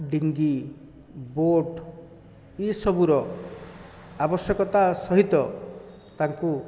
dinghy boat ଏସବୁର ଆବଶ୍ୟକତା ସହିତ ତାଙ୍କୁ